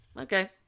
Okay